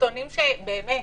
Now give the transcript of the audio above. סרטונים שבאמת